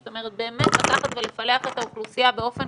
זאת אומרת באמת לקחת ולפלח את האוכלוסייה באופן